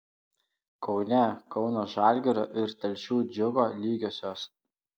kaune kauno žalgirio ir telšių džiugo lygiosios